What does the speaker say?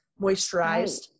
moisturized